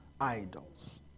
idols